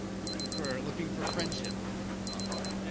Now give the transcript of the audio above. looking for looking for friendship online